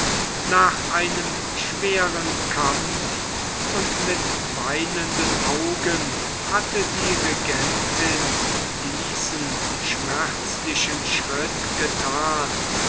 nach einem schweren kampf und mit weinenden augen hatte die regentin diesen schmerzlichen schritt gethan